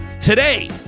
today